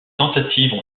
tentatives